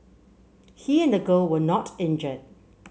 he and the girl were not injured